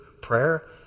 prayer